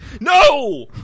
No